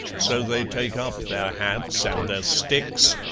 so they take up their hats and their sticks.